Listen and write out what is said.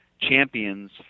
champions